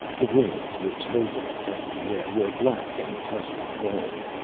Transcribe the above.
the wings, which lazily tested the air, were black and touched with gold.